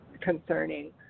concerning